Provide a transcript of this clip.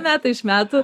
metai iš metų